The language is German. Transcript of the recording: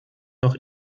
noch